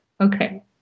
okay